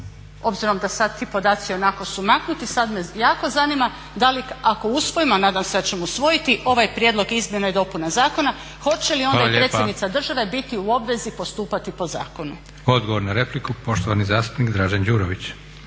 obzirom da sad ti podaci ionako su maknuti sad me jako zanima da ako usvojimo, a nadam se da ćemo usvojiti ovaj prijedlog izmjena i dopuna zakona hoće li onda i predsjednica države biti u obvezi postupati po zakonu. **Leko, Josip (SDP)** Hvala. Odgovor na repliku poštovani zastupnik Dražen Đurović.